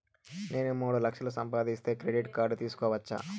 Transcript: నేను మూడు లక్షలు సంపాదిస్తే క్రెడిట్ కార్డు తీసుకోవచ్చా?